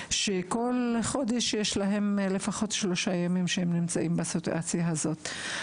שכל חודש יש להן לפחות שלושה ימים שהן נמצאות בסיטואציה הזאת.